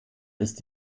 ist